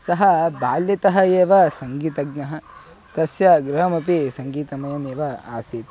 सः बाल्यतः एव सङ्गीतज्ञः तस्य गृहमपि सङ्गीतमयमेव आसीत्